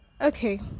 Okay